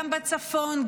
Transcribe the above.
גם בצפון,